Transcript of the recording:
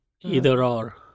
Either-or